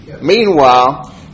Meanwhile